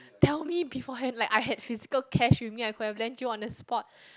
tell me beforehand like I had physical cash with me I could have lend you on the spot